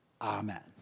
Amen